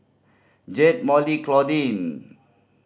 Jayde Molly Claudine